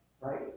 right